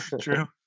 true